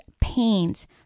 pains